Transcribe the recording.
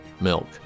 Milk